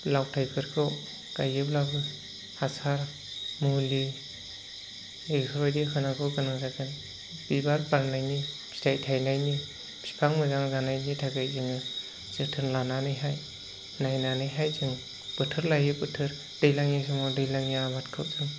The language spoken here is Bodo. लाव फिथाइफोरखौ गायोब्लाबो हासार मुलि बेफोरबायदि होनांगौ गोनां जागोन बिबार बारनायनि फिथाइ थायनायनि बिफां मोजां जानायनि थाखाय जोङो जोथोन लानानैहाय नायनानैहाय जों बोथोर लायै बोथोर दैज्लांनि समाव दैज्लांनि आबादखौ